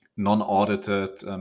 non-audited